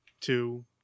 two